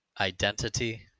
Identity